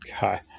God